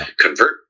convert